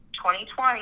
2020